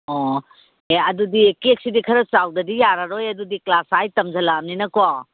ꯑꯣ ꯑꯦ ꯑꯗꯨꯗꯤ ꯀꯦꯛꯁꯤꯗꯤ ꯈꯔ ꯆꯥꯎꯗ꯭ꯔꯗꯤ ꯌꯥꯔꯔꯣꯏ ꯑꯗꯨꯗꯤ ꯀ꯭ꯂꯥꯁ ꯑꯩꯠ ꯇꯝꯖꯤꯜꯂꯛꯑꯝꯅꯤꯅꯀꯣ